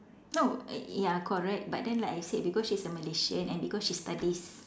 no y~ ya correct but then like I said because she's a Malaysian and because she studies